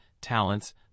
talents